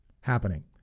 happening